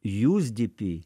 jūs dp